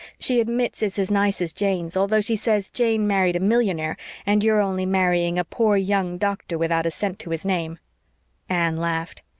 she admits it's as nice as jane's, although she says jane married a millionaire and you are only marrying a poor young doctor without a cent to his name anne laughed.